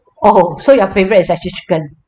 oh so your favourite is actually chicken